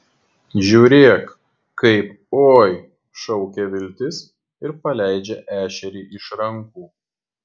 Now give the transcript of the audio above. žiūrėk kaip oi šaukia viltis ir paleidžia ešerį iš rankų